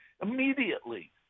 Immediately